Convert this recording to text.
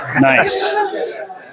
Nice